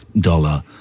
dollar